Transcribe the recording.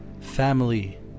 family